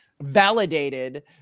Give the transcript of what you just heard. validated